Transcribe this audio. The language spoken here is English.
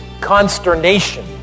consternation